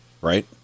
Right